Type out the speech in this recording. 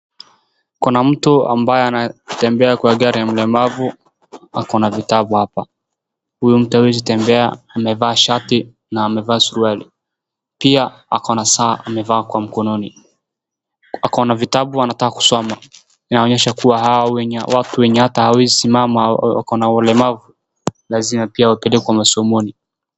Kuna mtu ambaye anatembea kwa gari ya mlemavu ako na vitabu hapa. Huyu mtu hawezi tembea, amevaa shati na amevaa suruali. Pia ako na saa amevaa kwa mkononi. Ako na vitabu anataka kusoma. Inaonyesha kuwa hao wenye watu wenye hata hawezi simama, wako na ulemavu, lazima pia wapelekwe masomoni.